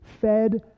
fed